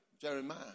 Jeremiah